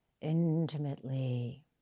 intimately